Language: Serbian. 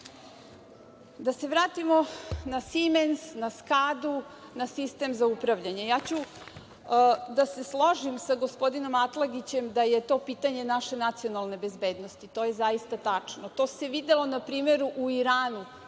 se vratimo na „Simens“, na „Skadu“, na sistem za upravljanje. Složiću se sa gospodinom Atlagićem da je to pitanje naše nacionalne bezbednosti. To je zaista tačno. To se videlo na primeru u Iranu,